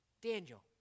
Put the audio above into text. Daniel